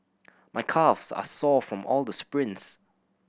my calves are sore from all the sprints